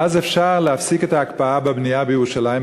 ואז יהיה אפשר להפסיק את ההקפאה בבנייה בירושלים,